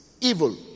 evil